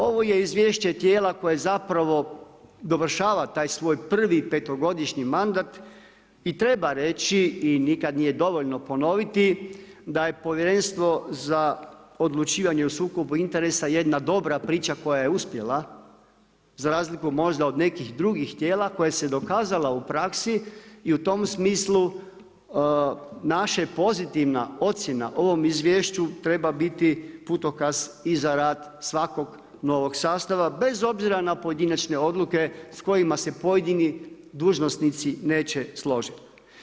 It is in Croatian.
Ovo je izvješće tijela koje zapravo dovršava taj svoj prvi petogodišnji mandat i treba reći i nikad nije dovoljno ponoviti da je Povjerenstvo o odlučivanju o sukobu interesa jedna dobra priča koja je uspjela za razliku možda od nekih drugih tijela koja se dokazala u praksi i u tom smislu naša pozitivna ocjena ovom izvješću treba biti putokaz i za rad svakog novog sastava bez obzira na pojedinačne odluke s kojima se pojedini dužnosnici neće složiti.